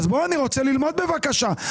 אני רוצה ללמוד בבקשה.